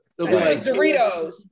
Doritos